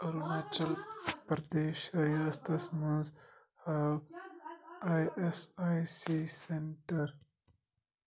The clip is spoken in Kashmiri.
أروٗناچل پَردیش ریاستس مَنٛز ہاو I S I C centre